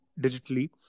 digitally